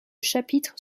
chapitre